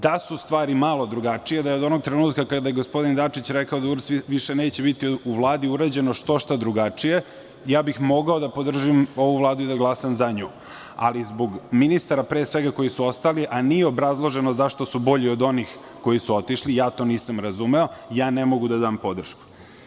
Da su stvari malo drugačije, da je od onog trenutka kada je gospodin Dačić rekao da URS više neće biti u Vladi urađeno što – šta drugačije, mogao bih da podržim ovu Vladu i da glasam za nju, ali pre svega zbog ministara koji su ostali, a nije obrazloženo zašto su bolji od onih koji su otišli, ja to nisam razumeo, ne mogu da dam podršku.